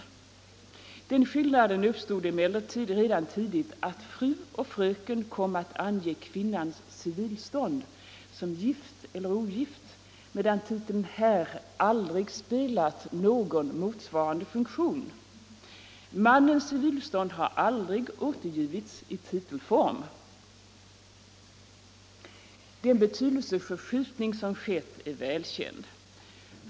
Redan tidigt uppstod emellertid den skillnaden, att fru och fröken kom att ange kvinnans civilstånd som gift eller ogift, medan titeln herr aldrig haft någon motsvarande funktion. Mannens civilstånd har aldrig återgivits i titelform. 55 Den betydelseförskjutning som skett är välkänd.